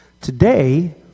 Today